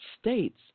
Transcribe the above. States